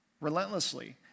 relentlessly